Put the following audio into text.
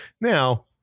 now